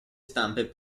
stampe